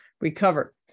recover